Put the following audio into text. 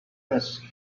desk